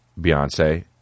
Beyonce